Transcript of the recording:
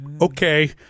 Okay